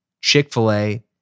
Chick-fil-A